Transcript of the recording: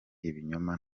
ibinyoma